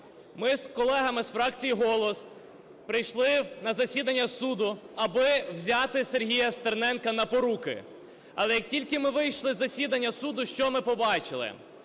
Ми з колегами з фракції "Голос" прийшли на засідання суду, аби взяти Сергія Стерненка на поруки. Але, які тільки ми вийшли з засідання суду, що ми побачили?